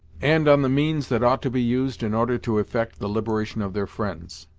and on the means that ought to be used in order to effect the liberation of their friends.